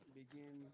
begin